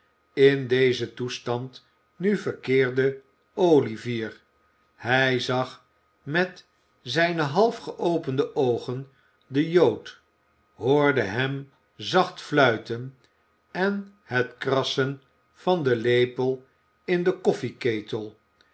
in dezen toestand nu verkeerde olivier hij zag met zijne half geopende oogen den jood hoorde hem zacht fluiten en het krassen van den lepel in den